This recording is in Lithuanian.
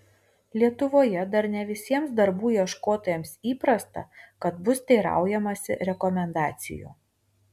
lietuvoje dar ne visiems darbų ieškotojams įprasta kad bus teiraujamasi rekomendacijų